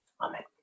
Amen